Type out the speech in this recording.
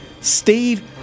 Steve